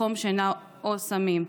מקום שינה או סמים.